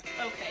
Okay